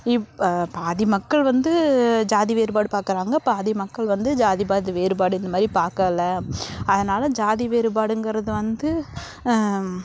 இப் பாதி மக்கள் வந்து ஜாதி வேறுபாடு பார்க்கறாங்க பாதி மக்கள் வந்து ஜாதி பாதி வேறுபாடு இந்த மாதிரி பார்க்கல அதனால ஜாதி வேறுபாடுங்கிறது வந்து